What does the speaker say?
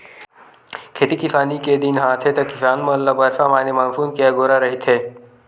खेती किसानी के दिन ह आथे त किसान मन ल बरसा माने मानसून के अगोरा रहिथे